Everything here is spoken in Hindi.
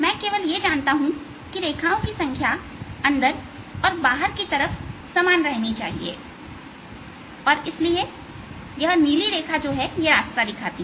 मैं केवल यह जानता हूं की रेखाओं की संख्या अंदर की तरफ और बाहर की तरफ समान रहनी चाहिए और इसलिए यह नीली रेखा रास्ता दिखाती है